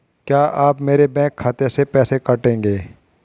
क्या आप मेरे बैंक खाते से पैसे काटेंगे?